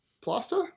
plaster